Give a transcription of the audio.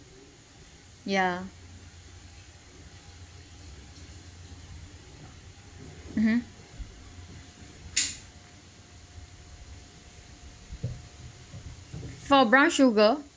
yeah mmhmm for brown sugar